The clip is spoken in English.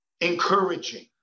encouraging